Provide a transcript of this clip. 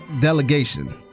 Delegation